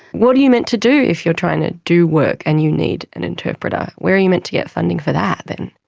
what are you meant to do if you're trying to do work and you need an interpreter? where are you meant to get funding for that then?